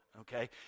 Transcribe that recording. okay